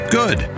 good